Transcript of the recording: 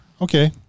okay